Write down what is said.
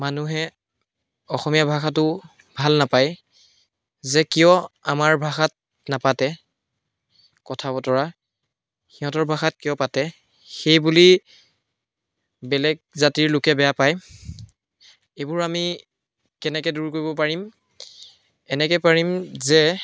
মানুহে অসমীয়া ভাষাটো ভাল নাপায় যে কিয় আমাৰ ভাষাত নাপাতে কথা বতৰা সিহঁতৰ ভাষাত কিয় পাতে সেইবুলি বেলেগ জাতিৰ লোকে বেয়া পায় এইবোৰ আমি কেনেকৈ দূৰ কৰিব পাৰিম এনেকৈ পাৰিম যে